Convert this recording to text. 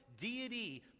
deity